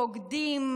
בוגדים,